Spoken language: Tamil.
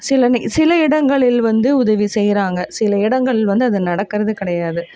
சில நி சில இடங்களில் வந்து உதவி செய்கிறாங்க சில இடங்கள் வந்து அது நடக்கிறது கிடையாது